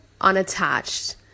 unattached